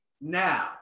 now